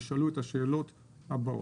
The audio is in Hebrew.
תשאלו את השאלות הבאות.